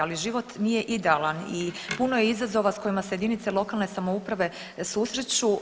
Ali život nije idealan i puno je izazova sa kojima se jedinice lokalne samouprave susreću.